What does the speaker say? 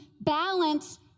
balance